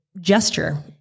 gesture